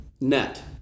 net